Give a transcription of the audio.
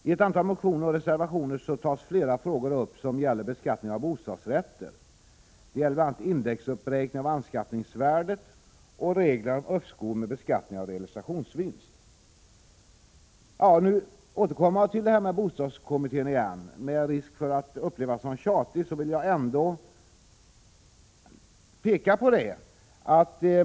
I ett antal motioner och reservationer tas flera frågor upp som gäller beskattning av bostadsrätter. Det gäller bl.a. indexuppräkning av anskaffningsvärdet och reglerna för uppskov med beskattning av realisationsvinst. Jag återkommer till detta med bostadskommittén, med risk för att uppfattas som tjatig.